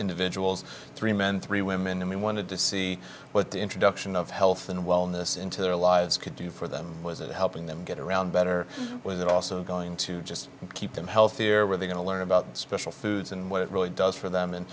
individuals three men three women and we wanted to see what the introduction of health and wellness into their lives could do for them was it helping them get around better when they're also going to just keep them healthier are they going to learn about special foods and what it really does for them and